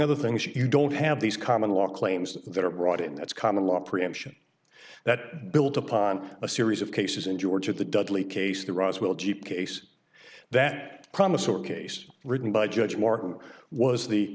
other things you don't have these common law claims that are brought in that's common law preemption that built upon a series of cases in georgia at the dudley case the roswell jeep case that promise or case written by judge moore was the